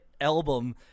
album